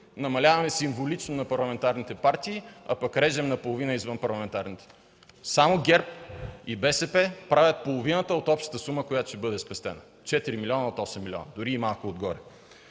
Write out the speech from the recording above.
намаляваме символично на парламентарните партии, а пък режем наполовина извънпарламентарните. Само ГЕРБ и БСП правят половината от общата сума, която ще бъде спестена – 4 милиона от 8 милиона, дори и малко отгоре.